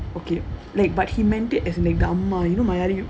okay like but he meant it as an அம்மா வந்து:amma vandhu